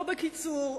או בקיצור,